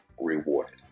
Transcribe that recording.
rewarded